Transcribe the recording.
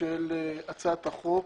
של הצעת החוק,